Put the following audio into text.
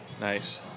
Nice